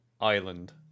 island